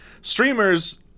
streamers